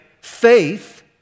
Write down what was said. faith